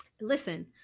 listen